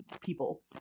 people